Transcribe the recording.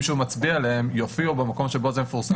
שהוא מצביע עליהם יופיעו במקום שבו זה מפורסם.